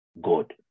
God